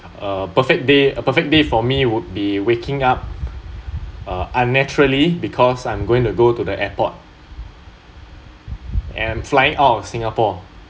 uh perfect day a perfect day for me would be waking up uh unnaturally because I'm going to go to the airport and I'm flying out of singapore